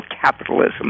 capitalism